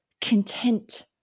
content